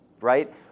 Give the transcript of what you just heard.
right